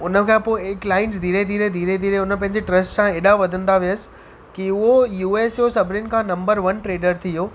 उन खां पोइ इहे क्लाईंट्स धीरे धीरे धीरे धीरे हुन पंहिंजे ट्रस्ट सां हेॾा वधंदा वियसि की उहो यूएस जो सभिनीनि खां नंबर वन ट्रेडर थी वियो